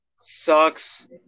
sucks